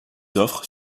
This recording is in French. offres